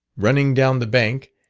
running down the bank,